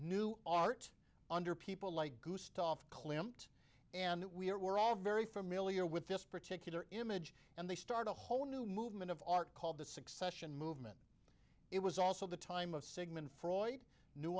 new art under people like gustaf clamped and we were all very familiar with this particular image and they start a whole new movement of art called the succession movement it was also the time of sigmund freud new